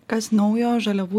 kas naujo žaliavų